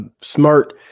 smart